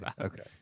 Okay